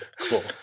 Cool